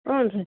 ಹ್ಞೂ ರೀ